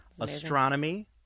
Astronomy